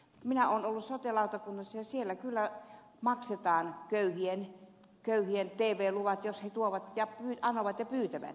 minä olen ollut sote lautakunnassa ja siellä kyllä maksetaan köyhien tv luvat jos he tuovat laskut ja anovat ja pyytävät sitä